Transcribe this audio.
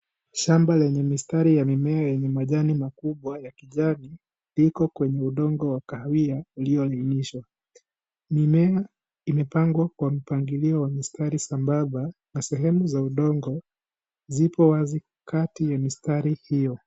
Shamba lenye mistari ya mimea yenye majani makubwa ya kijani, liko kwenye udongo wa kahawia uliolainishwa, mimea imepangwa kwa mpangilio wa mistari sambamba na sehemu za udongo zipo wazi kati ya mistari hio.